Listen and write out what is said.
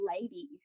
lady